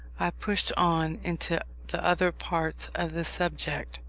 i pushed on into the other parts of the subject,